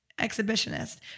exhibitionist